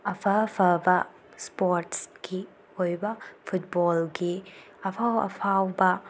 ꯑꯐ ꯑꯐꯕ ꯏꯁꯄꯣꯔꯠꯁꯀꯤ ꯑꯣꯏꯕ ꯐꯨꯠꯕꯣꯜꯒꯤ ꯑꯐꯥꯎ ꯑꯐꯥꯎꯕ